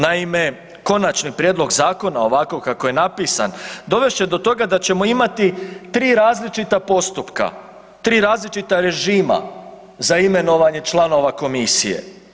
Naime, konačni prijedlog zakona ovako kako je napisan dovest će do toga da ćemo imati tri različita postupka, tri različita režima za imenovanje članova komisije.